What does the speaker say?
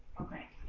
Okay